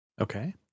Okay